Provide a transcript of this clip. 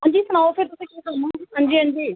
हां जी सनाओ फिर तुसें केह् करना हां जी हां जी